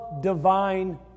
divine